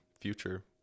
future